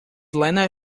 lena